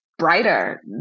Brighter